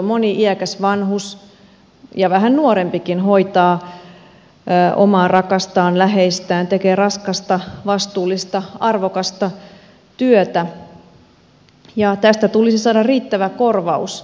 moni iäkäs vanhus ja vähän nuorempikin hoitaa omaa rakastaan läheistään tekee raskasta vastuullista arvokasta työtä ja tästä tulisi saada riittävä korvaus